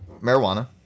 marijuana